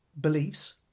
beliefs